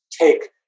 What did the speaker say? take